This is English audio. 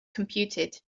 computed